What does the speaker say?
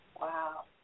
Wow